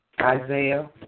Isaiah